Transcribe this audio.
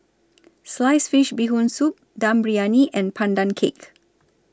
Sliced Fish Bee Hoon Soup Dum Briyani and Pandan Cake